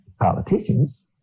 politicians